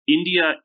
india